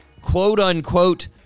quote-unquote